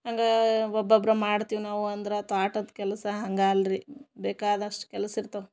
ಹಂಗೆ ಒಬ್ಬೊಬ್ಬರು ಮಾಡ್ತೀವಿ ನಾವು ಅಂದ್ರೆ ತೋಟದ ಕೆಲಸ ಹಂಗೆ ಅಲ್ಲರೀ ಬೇಕಾದಷ್ಟು ಕೆಲ್ಸ ಇರ್ತವೆ